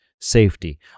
safety